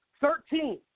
Thirteen